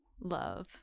love